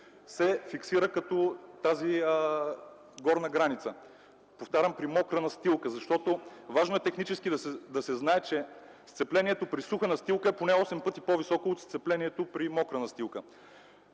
се фиксира като тази горна граница. Повтарям, при мокра настилка, защото важно е да се знае, че технически сцеплението при суха настилка е поне осем пъти по-високо от сцеплението при мокра настилка.